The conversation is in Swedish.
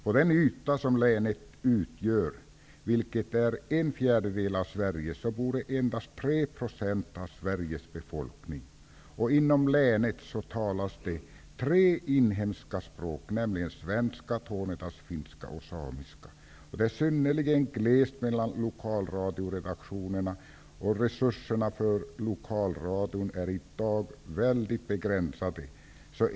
I länet, vars yta ju utgör en fjärdedel av hela Sveriges yta, bor endast 3 % av Sveriges befolkning. Inom länet talas det tre inhemska språk: svenska, tornedalsfinska och samiska. Det är synnerligen glest mellan lokalradioredaktionerna, och Lokalradions resurser är i dag väldigt begränsade.